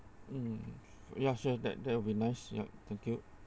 mm ya sure that that will be nice yup thank you